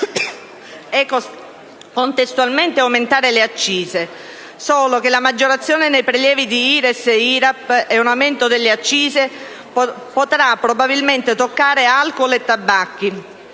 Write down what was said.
e, contestualmente, le accise. Tuttavia, la maggiorazione nei prelievi di IRES e IRAP e un aumento delle accise potranno probabilmente toccare alcol e tabacchi